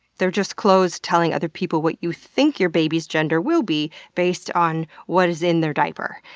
they're just clothes telling other people what you think your baby's gender will be, based on what is in their diaper.